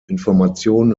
informationen